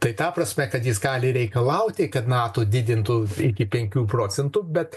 tai ta prasme kad jis gali reikalauti kad nato didintų iki penkių procentų bet